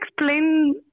explain